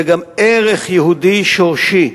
זה גם ערך יהודי שורשי.